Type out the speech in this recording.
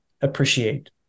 appreciate